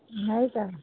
नाही का